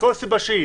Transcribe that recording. מכול סיבה שהיא,